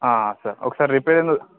sir ఒకసారి repair